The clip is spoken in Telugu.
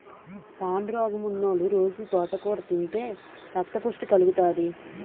పాండురోగమున్నోలు రొజూ తోటకూర తింతే రక్తపుష్టి కలుగుతాది